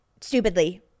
stupidly